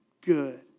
good